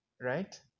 Right